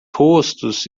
rostos